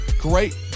great